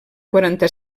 quaranta